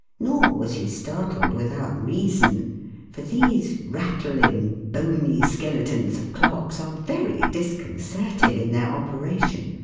nor was he startled without reason for these rattling, bony skeletons of clocks are very disconcerting in their operation,